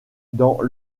dans